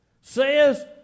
says